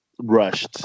rushed